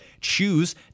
choose